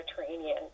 Mediterranean